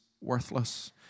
worthless